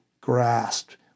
grasped